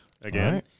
again